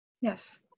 Yes